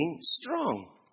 strong